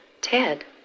Ted